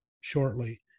shortly